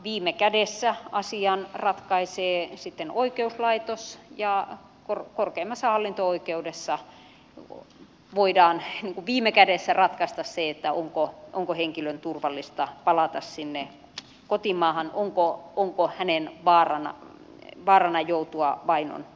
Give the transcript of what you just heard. viime kädessä asian ratkaisee sitten oikeuslaitos ja korkeimmassa hallinto oikeudessa voidaan viime kädessä ratkaista se onko henkilön turvallista palata sinne kotimaahan onko hänellä vaarana joutua vainon uhriksi